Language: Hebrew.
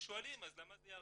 ושואלים למה זה ירד.